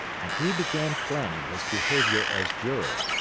and he began planning his behavior as juror,